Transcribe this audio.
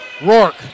Rourke